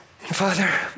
Father